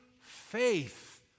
faith